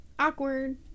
awkward